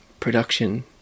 production